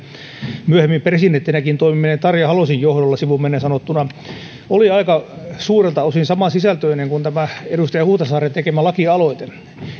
vuonna yhdeksänkymmentäkolme myöhemmin presidenttinäkin toimineen tarja halosen johdolla sivumennen sanottuna niin se oli aika suurelta osin samansisältöinen kuin tämä edustaja huhtasaaren tekemä lakialoite